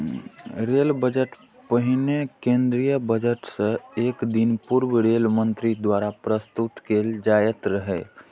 rail budget पहिने केंद्रीय budget सं एक दिन पूर्व रेल मंत्री द्वारा प्रस्तुत कैल जाइत रहै